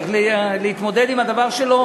צריך להתמודד עם הדבר שלו,